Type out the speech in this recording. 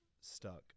stuck